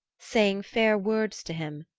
saying fair words to him,